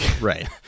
right